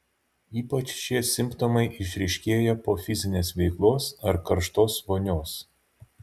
ypač šie simptomai išryškėja po fizinės veiklos ar karštos vonios